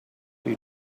you